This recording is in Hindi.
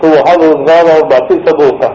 तो वहां रोजगार और बाकी सब होगा है